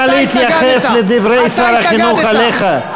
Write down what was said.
נא להתייחס לדברי שר החינוך עליך,